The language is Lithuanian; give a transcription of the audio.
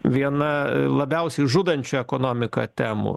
viena labiausiai žudančių ekonomiką temų